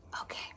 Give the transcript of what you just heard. Okay